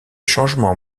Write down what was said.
changements